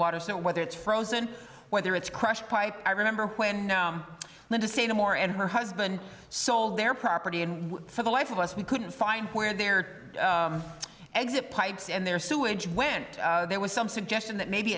water so whether it's frozen whether it's crushed pipes i remember when the just say no more and her husband sold their property and for the life of us we couldn't find where their exit pipes and their sewage went there was some suggestion that maybe